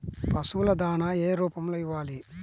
పశువుల దాణా ఏ రూపంలో ఇవ్వాలి?